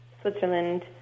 Switzerland